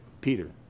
Peter